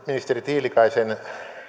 ministeri tiilikaisen